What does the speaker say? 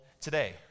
today